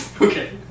Okay